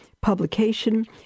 publication